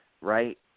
right